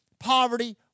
Poverty